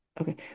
okay